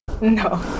No